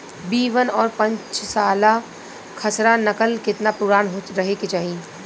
B one और पांचसाला खसरा नकल केतना पुरान रहे के चाहीं?